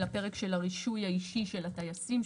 לפרק של הרישוי האישי של הטייסים,